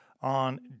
on